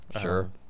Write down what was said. Sure